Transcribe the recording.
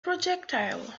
projectile